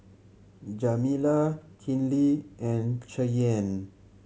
Jamila Kinley and Cheyenne